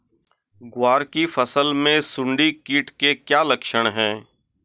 ग्वार की फसल में सुंडी कीट के क्या लक्षण है?